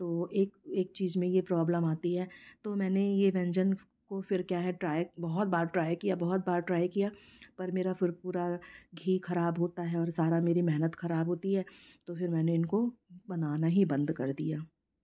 तो एक एक चीज में यह प्रॉब्लम आती है तो मैंने ये व्यंजन को फिर क्या है ट्राई बहुत बार ट्राई किया बहुत बार ट्राई किया पर मेरा फिर पूरा ही खराब होता है और सारा मेरी मेहनत खराब होती है तो फिर मैंने इनको बनाना ही बंद कर दिया